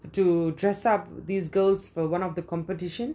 to dress up these girls for one of the competitions